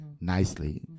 nicely